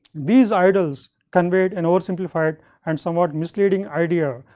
these idols conveyed an over simplified and somewhat misleading idea,